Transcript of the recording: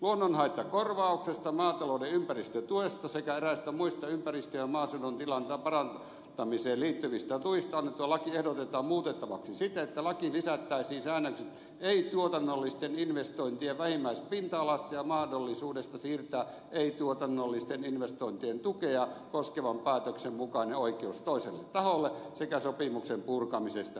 luonnonhaittakorvauksesta maatalouden ympäristötuesta sekä eräistä muista ympäristön ja maaseudun tilan parantamiseen liittyvistä tuista annettua lakia ehdotetaan muutettavaksi siten että lakiin lisättäisiin säännökset ei tuotannollisten investointien vähimmäispinta alasta ja mahdollisuudesta siirtää ei tuotannollisten investointien tukea koskevan päätöksen mukainen oikeus toiselle taholle sekä sopimuksen purkamisesta